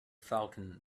falcon